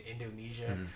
Indonesia